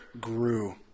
grew